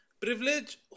Privilege